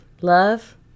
love